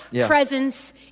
presence